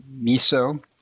miso